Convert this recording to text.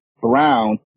brown